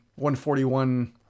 .141